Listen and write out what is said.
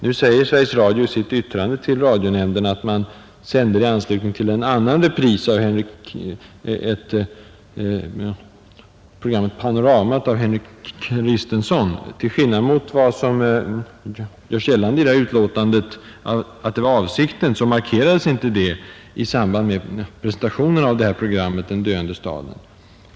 Nu säger Sveriges Radio i sitt yttrande till radionämnden att man sände det i anslutning till en annan repris, Panorama av Henry Christensson. Till skillnad från vad TV 1-chefen gör gällande var avsikten, markerades inte detta samband vid presentationen av ”Den döende staden”.